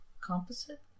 Composite